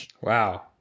Wow